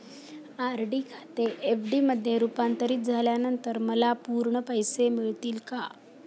RD खाते F D मध्ये रुपांतरित झाल्यानंतर मला पूर्ण पैसे मिळतील का?